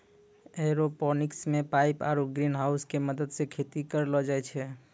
aeroponics मे pipe आरु ग्रीनहाउसो के मदत से खेती करलो जाय छै